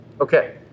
Okay